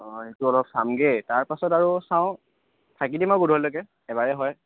অঁ সেইটো অলপ চামগৈ তাৰপাছত আৰু চাওঁ থাকি দিম আৰু গধূলিলৈকে এবাৰেই হয়